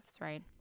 right